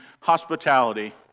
hospitality